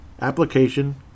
application